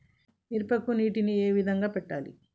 మిరపకి నీటిని ఏ విధంగా పెట్టాలి?